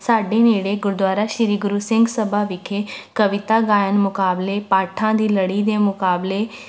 ਸਾਡੇ ਨੇੜੇ ਗੁਰਦੁਆਰਾ ਸ਼੍ਰੀ ਗੁਰੂ ਸਿੰਘ ਸਭਾ ਵਿਖੇ ਕਵਿਤਾ ਗਾਇਨ ਮੁਕਾਬਲੇ ਪਾਠਾਂ ਦੀ ਲੜੀ ਦੇ ਮੁਕਾਬਲੇ